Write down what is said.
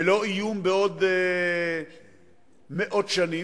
ולא איום בעוד מאות שנים,